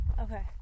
Okay